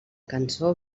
cançó